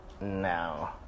no